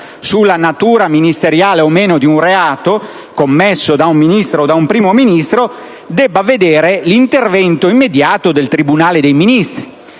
sulla natura ministeriale o meno di un reato commesso da un Ministro o da un Primo Ministro, debba esserci l'intervento immediato del tribunale dei Ministri,